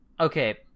Okay